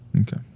Okay